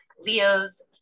Leos